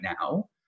now